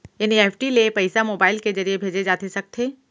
NEFT ले पइसा mobile के ज़रिए भेजे जाथे सकथे?